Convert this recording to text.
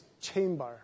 chamber